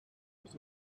was